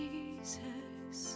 Jesus